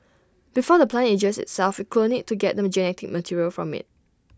before the plant ages itself we clone IT to get the genetic material from IT